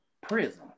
prison